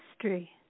history